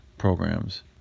Programs